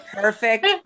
perfect